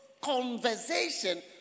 conversation